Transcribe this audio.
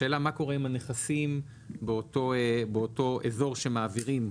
השאלה מה קורה עם הנכסים באותו אזור שמעבירים,